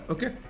Okay